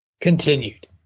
Continued